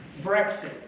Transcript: Brexit